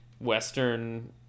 Western